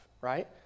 right